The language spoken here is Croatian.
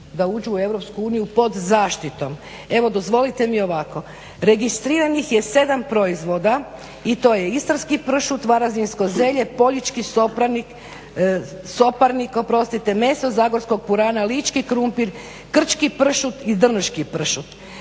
da uđu u EU pod zaštitom. Evo dozvolite mi ovako. Registriranih je 7 proizvoda i to je istarski pršut, varaždinsko zelje, poljički soparnik, meso zagorskog purana, lički krumpir, krčki pršut i drniški pršut.